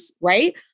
right